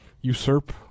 usurp